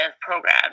program